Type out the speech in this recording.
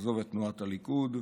לעזוב את תנועת הליכוד,